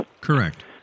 Correct